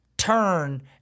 turn